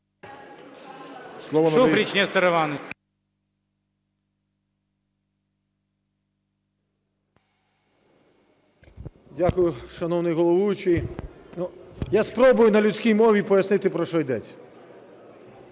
Дякую, шановний головуючий. Я спробую на людській мові пояснити, про що йдеться,